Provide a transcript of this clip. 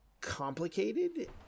complicated